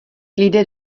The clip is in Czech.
lidé